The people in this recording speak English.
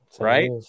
right